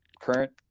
current